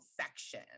section